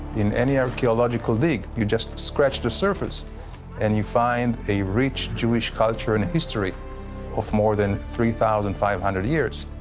in any archeological dig, you just scratch the surface and you find a rich jewish culture and history of more than three thousand five hundred years,